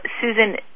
Susan